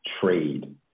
trade